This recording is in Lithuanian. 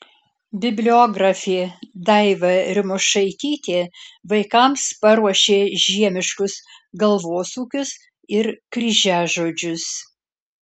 bibliografė daiva rimošaitytė vaikams paruošė žiemiškus galvosūkius ir kryžiažodžius